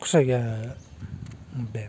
खुस्रा गैया उम दे